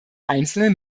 einzelnen